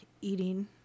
eating